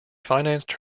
financed